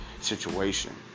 situation